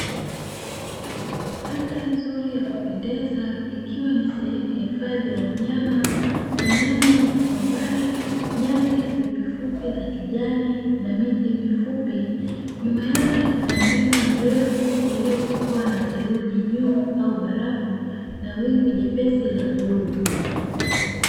Mandhari nzuri ya kupendeza ikiwa ni sehemu ya hifadhi ya wanyama. Wanyama wako kwa mbali, nyasi fupifupi za kijani, na miti mifupi; nyuma yake kuna mlima mrefu uliyokuwa na theluji juu au barafu, na wingu jepesi la bluu.